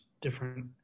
different